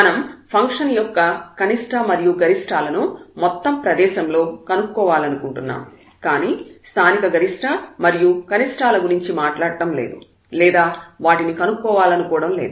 మనం ఫంక్షన్ యొక్క కనిష్ట మరియు గరిష్ఠాలను మొత్తం ప్రదేశం లో కనుక్కోవాలనుకుంటున్నాము కానీ స్థానిక గరిష్ట మరియు కనిష్టాల గురించి మాట్లాడడం లేదు లేదా వాటిని కొనుక్కోవాలనుకోవడం లేదు